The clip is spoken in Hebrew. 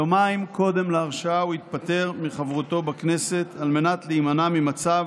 יומיים קודם להרשעה הוא התפטר מחברותו בכנסת על מנת להימנע ממצב